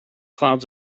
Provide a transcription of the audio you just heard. clouds